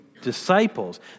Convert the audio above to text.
disciples